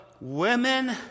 Women